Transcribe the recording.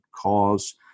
cause